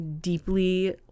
deeply